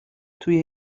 توی